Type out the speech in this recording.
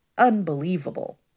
unbelievable